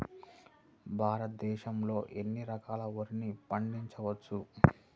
భారతదేశంలో ఎన్ని రకాల వరిని పండించవచ్చు